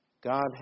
God